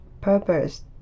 purpose